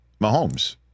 Mahomes